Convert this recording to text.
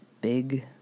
big